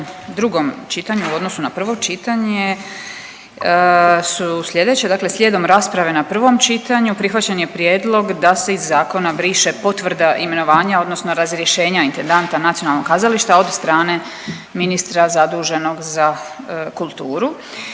drugom čitanju u odnosu na prvo čitanje su sljedeće. Dakle, slijedom rasprave na prvom čitanju prihvaćen je prijedlog da se iz zakona briše potvrda imenovanja, odnosno razrješenja intendanta nacionalnog kazališta od strane ministra zaduženog za kulturu.